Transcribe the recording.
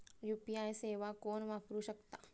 UPI सेवा कोण वापरू शकता?